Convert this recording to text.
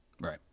Right